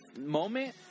moment